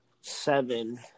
Seven